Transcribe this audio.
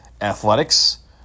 athletics